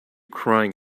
crying